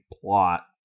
plot